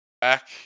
back